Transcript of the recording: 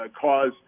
cause